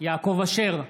יעקב אשר,